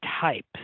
type